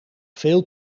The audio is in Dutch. veel